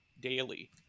daily